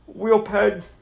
Wheelpad